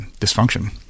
dysfunction